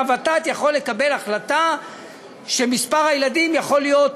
הוות"ת יכולה לקבל החלטה שמספר הילדים יכול להיות,